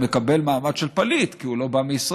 הוא מקבל מעמד של פליט כי הוא לא מישראל.